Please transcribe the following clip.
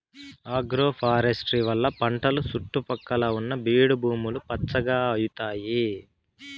agroforestry వల్ల పంటల సుట్టు పక్కల ఉన్న బీడు భూములు పచ్చగా అయితాయి